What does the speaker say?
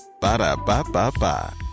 Ba-da-ba-ba-ba